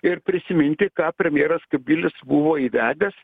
ir prisiminti ką premjeras kubilius buvo įvedęs